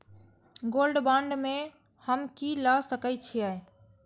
Gold bond में हम की ल सकै छियै?